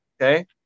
okay